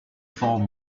form